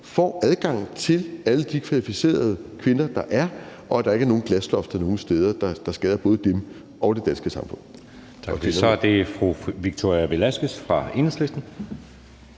får adgang til alle de kvalificerede kvinder, der er, og at der ikke er nogen glaslofter nogen steder, der skader både dem og det danske samfund. Kl. 19:27 Anden næstformand (Jeppe Søe): Tak. Så er det fru Victoria Velasquez fra Enhedslisten.